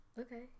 Okay